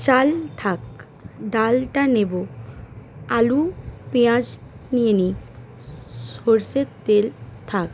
চাল থাক ডালটা নেব আলু পেঁয়াজ নিয়ে নিই সর্ষের তেল থাক